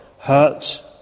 hurt